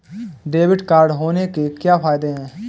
Debit card होने के क्या फायदे हैं?